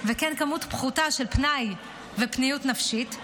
לפרקי זמן ארוכים וכן כמות פחותה של פנאי ופניות נפשית.